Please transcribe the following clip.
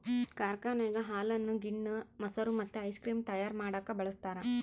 ಕಾರ್ಖಾನೆಗ ಹಾಲನ್ನು ಗಿಣ್ಣ, ಮೊಸರು ಮತ್ತೆ ಐಸ್ ಕ್ರೀಮ್ ತಯಾರ ಮಾಡಕ ಬಳಸ್ತಾರ